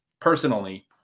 personally